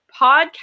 podcast